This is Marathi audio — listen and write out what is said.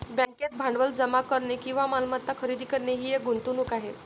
बँकेत भांडवल जमा करणे किंवा मालमत्ता खरेदी करणे ही एक गुंतवणूक आहे